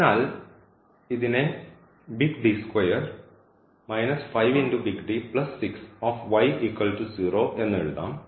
അതിനാൽ ഇതിനെ എന്ന് എഴുതാം